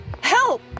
Help